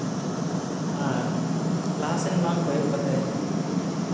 ᱟᱨ ᱞᱟᱦᱟ ᱥᱮᱱ ᱵᱟᱝ ᱠᱚᱭᱚᱜ ᱠᱟᱛᱮ